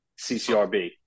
CCRB